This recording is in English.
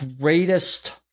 greatest